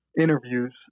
interviews